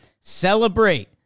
celebrate